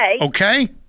Okay